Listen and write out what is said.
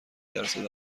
درصد